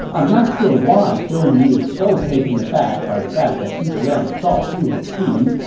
i'm not sure why zhou yu is so taken aback by the fact that zhuge liang saw through his scheme,